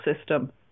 system